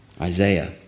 Isaiah